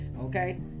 okay